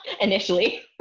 initially